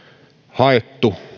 haettu